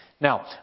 Now